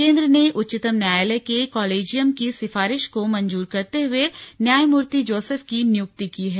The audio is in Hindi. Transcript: केंद्र ने उच्चतम न्यायालय के कॉलेजियम की सिफारिश को मंजूर करते हुए न्यायामूर्ति जोसेफ की नियुक्ति की है